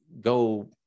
go